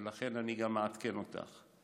לכן אני גם מעדכן אותך.